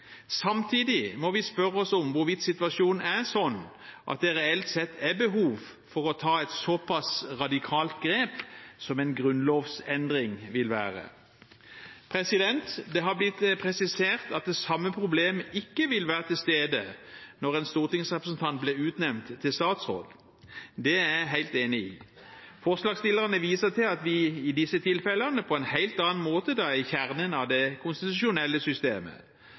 Samtidig må vi spørre oss om hvorvidt situasjonen er slik at det reelt sett er behov for å ta et såpass radikalt grep som en grunnlovsendring vil være. Det har blitt presisert at det samme problemet ikke vil være stede når en stortingsrepresentant blir utnevnt til statsråd. Det er jeg helt enig i. Forslagsstillerne viser til at vi i disse tilfellene, på en helt annen måte, er i kjernen av det konstitusjonelle systemet.